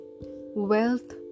wealth